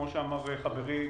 כמו שאמר חברי,